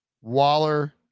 Waller